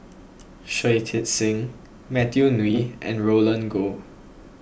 Shui Tit Sing Matthew Ngui and Roland Goh